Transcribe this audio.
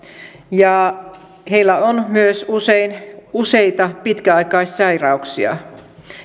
ja heillä on myös usein useita pitkäaikaissairauksia